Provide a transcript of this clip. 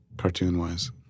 cartoon-wise